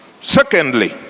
Secondly